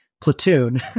Platoon